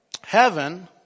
heaven